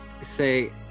say